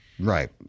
Right